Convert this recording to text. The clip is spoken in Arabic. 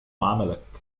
عملك